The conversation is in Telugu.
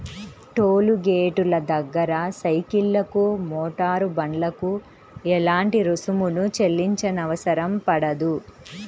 టోలు గేటుల దగ్గర సైకిళ్లకు, మోటారు బండ్లకు ఎలాంటి రుసుమును చెల్లించనవసరం పడదు